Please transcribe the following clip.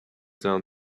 down